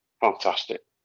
fantastic